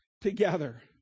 together